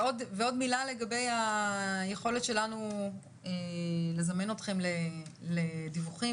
עוד מילה לגבי היכולת שלנו לזמן אתכם לדיווחים,